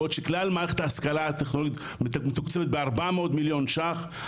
בעוד שכלל מערכת ההשכלה הטכנולוגית מתוקצבת ב- 400 מיליון ₪,